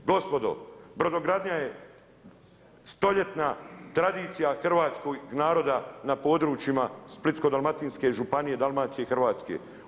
Gospodo Brodogradnja je stoljetna tradicija hrvatskog naroda na područjima Splitsko-dalmatinske županije, Dalmacije i Hrvatske.